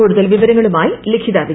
കൂടുതൽ വിവരങ്ങളുമായി ലിഖിത വിജയൻ